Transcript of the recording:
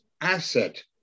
asset